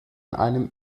einem